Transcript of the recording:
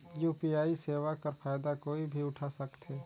UPI सेवा कर फायदा कोई भी उठा सकथे?